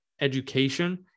education